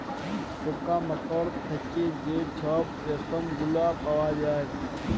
পকা মাকড় থ্যাইকে যে ছব রেশম গুলা পাউয়া যায়